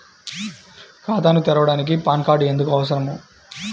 ఖాతాను తెరవడానికి PAN card ఎందుకు అవసరము?